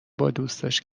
بادوستاش